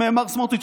עם מר סמוטריץ'.